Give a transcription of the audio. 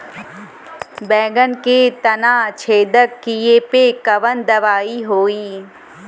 बैगन के तना छेदक कियेपे कवन दवाई होई?